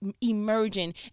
Emerging